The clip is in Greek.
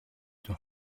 του